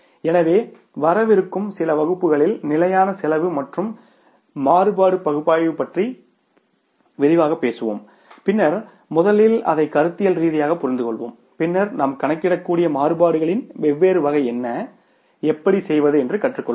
எனவே வரவிருக்கும் இல்லை சில வகுப்புகளில் நிலையான செலவு மற்றும் மாறுபாடு பகுப்பாய்வு பற்றி விரிவாகப் பேசுவோம் பின்னர் முதலில் அதை கருத்தியல் ரீதியாக புரிந்துகொள்வோம் பின்னர் நாம் கணக்கிடக்கூடிய மாறுபாடுகளின் வெவ்வேறு வகை என்ன எப்படி செய்வது என்று கற்றுக்கொள்வோம்